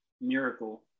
miracle